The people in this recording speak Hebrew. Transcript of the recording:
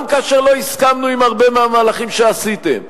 גם כאשר לא הסכמנו עם הרבה מהמהלכים שעשיתם,